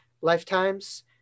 lifetimes